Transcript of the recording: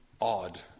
odd